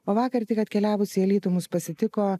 o vakar tik atkeliavus į alytų mus pasitiko